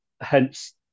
Hence